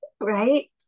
right